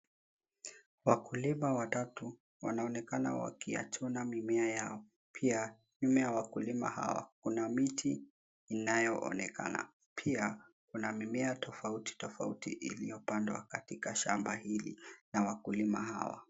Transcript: Wakulima watatu wanaonekana wakiyachuna mimea yao. Pia, nyuma ya wakulima hawa kuna miti inayoonekana. Pia kuna mimea tofauti, tofauti iliyopandwa katika shamba hili na wakulima hawa.